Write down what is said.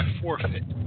forfeit